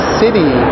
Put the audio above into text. city